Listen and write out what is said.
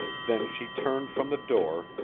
then she turned from the door,